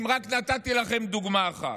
אם נתתי לכם רק דוגמה אחת?